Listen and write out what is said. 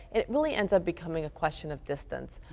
it really ends up becoming a question of distance.